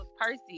percy